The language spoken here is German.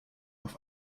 auf